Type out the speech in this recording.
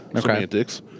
semantics